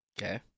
okay